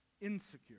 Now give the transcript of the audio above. insecure